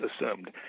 assumed